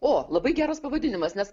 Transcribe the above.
o labai geras pavadinimas nes